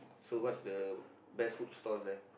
so what's the best food stalls there